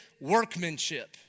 workmanship